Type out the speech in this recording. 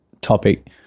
topic